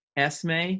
Esme